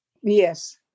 Yes